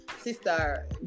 sister